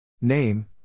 Name